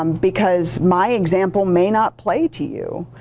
um because my example may not play to you.